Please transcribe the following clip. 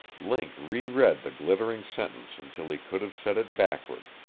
link reread the glittering sentence until he could have said it backward.